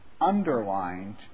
underlined